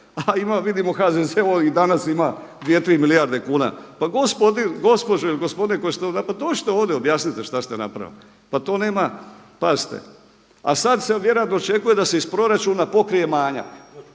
vidimo HZZO i danas ima 2,3 milijarde kuna. Pa gospođo ili gospodine koji ste to napravili pa dođite ovdje, objasnite šta ste napravili, pa to nema, pazite. A sada se vjerojatno očekuje da se iz proračuna pokrije manjak,